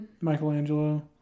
Michelangelo